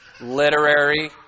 literary